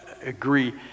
agree